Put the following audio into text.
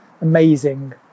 amazing